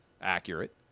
accurate